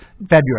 February